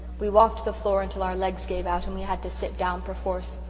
we walked the floor until our legs gave out and we had to sit down perforce.